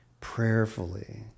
prayerfully